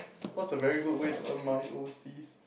what's the very good way to earn money overseas